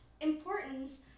importance